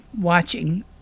watching